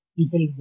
People